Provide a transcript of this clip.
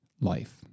life